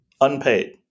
unpaid